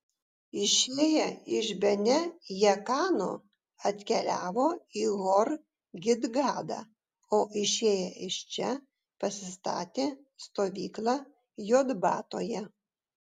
išėję iš bene jaakano atkeliavo į hor gidgadą o išėję iš čia pasistatė stovyklą jotbatoje